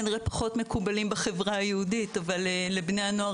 כנראה פחות מקובלים בחברה היהודית אבל לבני הנוער